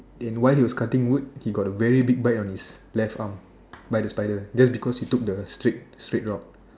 and while he was cutting wood he got a very big bite on his left arm by the spider just because he took the straight straight route